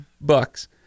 bucks